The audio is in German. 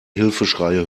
hilfeschreie